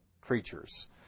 creatures